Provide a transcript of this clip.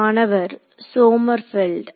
மாணவர் சோமர்பெல்ட்